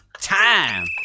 Time